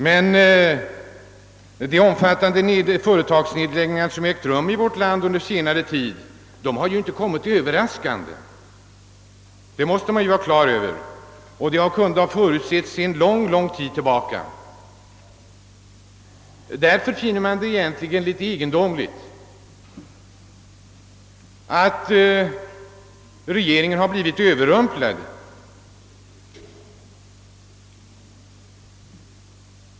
Men de omfattande företagsnedläggningar som ägt rum i vårt land under senare tid har ju inte kommit överraskande; de har kunnat förutses sedan ganska lång tid. Det är därför egendomligt att regeringen blir överrumplad.